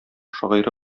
шагыйре